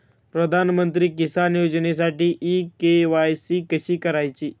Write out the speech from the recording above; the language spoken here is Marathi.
प्रधानमंत्री किसान योजनेसाठी इ के.वाय.सी कशी करायची?